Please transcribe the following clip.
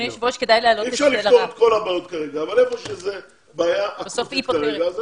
אי אפשר לפתור את כל הבעיות כרגע אבל איפה שזה בעיה אקוטית כרגע,